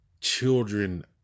children